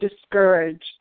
discouraged